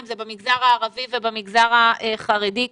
אם זה במגזר הערבי ובמגזר החרדי,